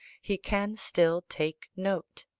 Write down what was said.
he can still take note